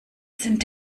sind